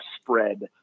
spread